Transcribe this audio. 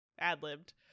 Ad-libbed